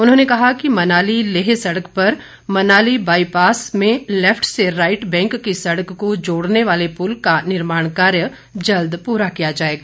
उन्होंने कहा कि मनाली लेह सड़क पर मनाली बाईपास में लेफ्ट से राइट बैंक की सड़क को जोड़ने वाले पुल का निर्माण कार्य जल्द पूरा किया जाएगा